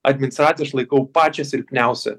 administraciją aš laikau pačią silpniausią